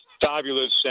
fabulous